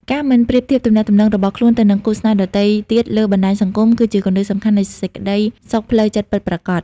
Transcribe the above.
ការមិនប្រៀបធៀបទំនាក់ទំនងរបស់ខ្លួនទៅនឹងគូស្នេហ៍ដទៃទៀតលើបណ្ដាញសង្គម គឺជាគន្លឹះសំខាន់នៃសេចក្ដីសុខផ្លូវចិត្តពិតប្រាកដ។